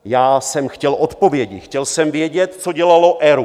Já jsem chtěl odpovědi, chtěl jsem vědět, co dělal ERÚ.